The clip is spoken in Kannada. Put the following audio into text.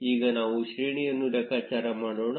ಈಗ ನಾವು ಶ್ರೇಣಿಯನ್ನು ಲೆಕ್ಕಾಚಾರ ಮಾಡೋಣ